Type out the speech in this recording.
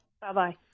Bye-bye